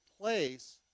place